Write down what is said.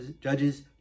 judges